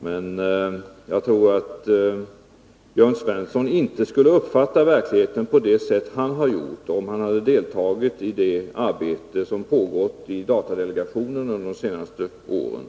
Men jag tror att Jörn Svensson inte skulle uppfatta den politiska verkligheten på det sätt han nu gör om han deltagit i det arbete som pågått inom datadelegationen under de senaste åren.